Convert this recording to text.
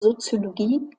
soziologie